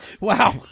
Wow